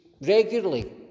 regularly